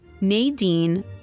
Nadine